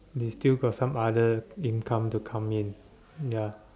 they still got some other income to come in